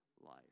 life